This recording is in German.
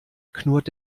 knurrt